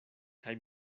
kaj